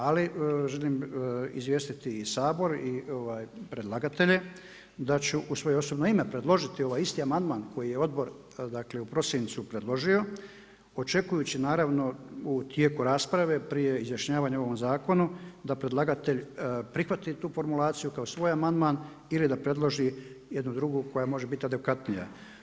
Ali želim izvijestiti i Sabor i predlagatelje da ću u svoje osobno ime predložiti ovaj isti amandman koji je odbor, dakle u prosincu predložio očekujući naravno u tijeku rasprave prije izjašnjavanja o ovom zakonu da predlagatelj prihvati tu formulaciju kao svoj amandman ili da predloži jednu drugu koja može biti adekvatnija.